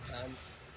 pants